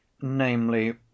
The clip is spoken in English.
namely